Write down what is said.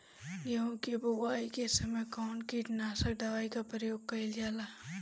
गेहूं के बोआई के समय कवन किटनाशक दवाई का प्रयोग कइल जा ला?